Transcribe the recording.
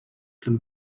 them